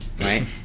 right